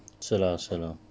是的是的